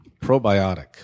probiotic